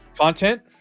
content